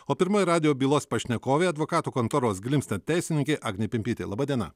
o pirmoji radijo bylos pašnekovė advokatų kontoros glimstedt teisininkė agnė pimpytė laba diena